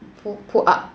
pull pull up